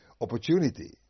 Opportunity